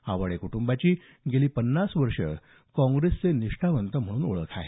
आवाडे कुटंबांची गेली पन्नास वर्ष काँग्रेसचे निष्ठावंत म्हणून ओळख आहे